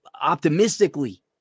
optimistically